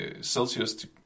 Celsius